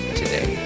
today